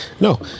No